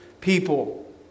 people